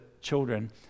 children